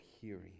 hearing